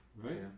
right